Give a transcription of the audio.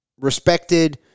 respected